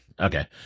Okay